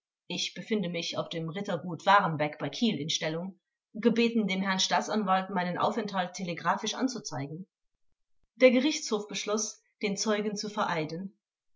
ich befinde mich auf dem rittergut warenbeck bei kiel in stellung gebeten dem herrn staatsanwalt meinen aufenthalt telegraphisch anzuzeigen der gerichtshof beschloß den zeugen zu vereiden